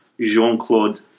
Jean-Claude